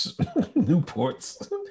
Newports